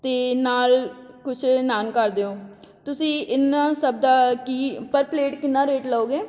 ਅਤੇ ਨਾਲ ਕੁਛ ਨਾਨ ਕਰ ਦਿਓ ਤੁਸੀਂ ਇੰਨਾ ਸਭ ਦਾ ਕੀ ਪਰ ਪਲੇਟ ਕਿੰਨਾ ਰੇਟ ਲਓਗੇ